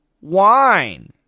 wine